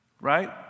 right